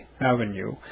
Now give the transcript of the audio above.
Avenue